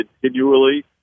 continually